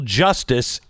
justice